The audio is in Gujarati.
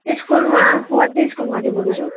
સ્કૂલમાં મદની સ્કૂલમાંથી બોલું છું